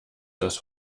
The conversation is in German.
das